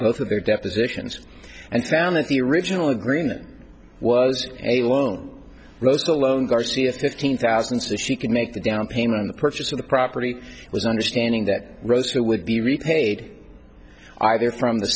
both of their depositions and found that the original agreement was a loan roast a loan garcia fifteen thousand so she could make the down payment on the purchase of the property it was understanding that rossa would be repaid either from the